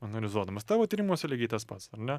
analizuodamas tavo tyrimuose lygiai tas pats ar ne